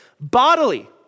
bodily